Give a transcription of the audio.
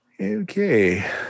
okay